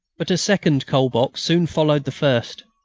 but a second coal-box soon followed the first.